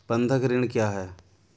बंधक ऋण क्या है?